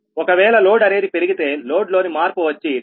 ఒకవేళ లోడ్ అనేది పెరిగితే లోడ్ లోని మార్పు వచ్చి PL